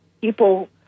people